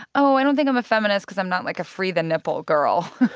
oh, i don't think i'm a feminist because i'm not like a free-the-nipple girl